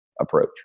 approach